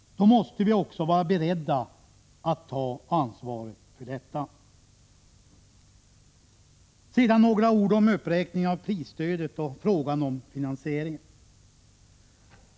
Då måste vi också vara beredda att ta ansvaret. Sedan några ord om uppräkningen av prisstödet och frågan om finansieringen.